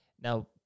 Now